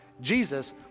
Jesus